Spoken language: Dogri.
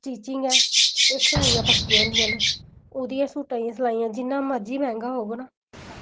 स्टिचिंग ऐ एह् सलाइयां पक्कियां होंदियां न ओह्दियां सूह्टां दियां सलाइयां जिन्ना मर्जी मैंह्गा होग ना